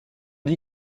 dit